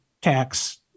tax